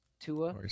Tua